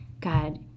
God